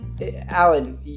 Alan